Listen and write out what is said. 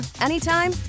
anytime